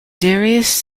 darius